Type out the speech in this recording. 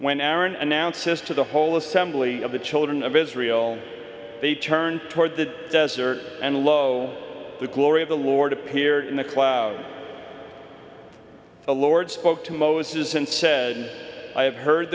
when aaron announces to the whole assembly of the children of israel they turned toward the desert and lo the glory of the lord appeared in the cloud the lord spoke to moses and said i have heard